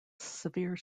severe